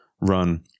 run